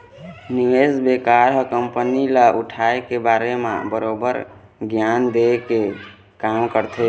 निवेस बेंकर ह कंपनी ल उठाय के बारे म बरोबर गियान देय के काम करथे